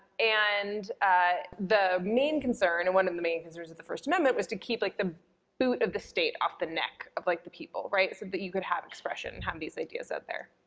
and ah the main concern, and one of the main concerns of the first amendment, was to keep, like, the boot of the state off the neck of, like, the people, right, so that you could have expression, have these ideas out there.